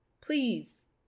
please